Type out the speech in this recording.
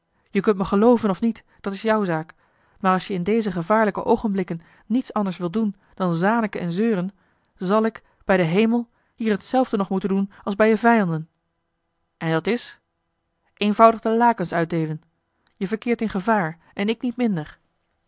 je kunt me gelooven of niet dat is jou zaak maar als je in deze gevaarlijke oogenblikken niets anders wilt doen dan zaniken en zeuren zal ik bij den hemel hier hetzelfde nog moeten doen als bij je vijanden en dat is eenvoudig de lakens uitdeelen je verkeert in gevaar en ik niet minder